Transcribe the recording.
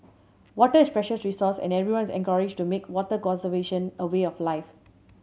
water is precious resource and everyone is encouraged to make water conservation a way of life